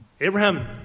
Abraham